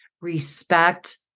respect